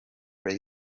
ray